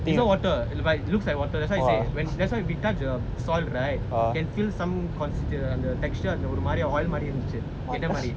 is not water but looks like water that's why we say that's why we touch the soil right can feel some constitute and the textture oil மாரி இருந்துச்சு எண்ணெ மாரி:maari irunthichu ennae maari